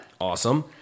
Awesome